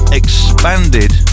expanded